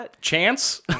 Chance